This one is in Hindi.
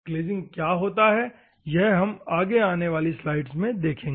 ग्लेज़िंग क्या होती है यह हम आगे आने वाली स्लाइड्स में देखेंगे